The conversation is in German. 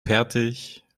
fertig